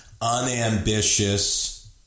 unambitious